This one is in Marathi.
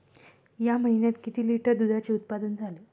या महीन्यात किती लिटर दुधाचे उत्पादन झाले?